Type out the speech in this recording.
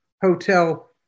hotel